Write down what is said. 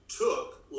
took